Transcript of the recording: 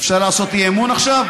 אפשר לעשות אי-אמון עכשיו?